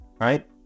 right